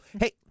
Hey